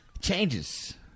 Changes